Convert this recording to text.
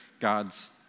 God's